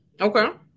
Okay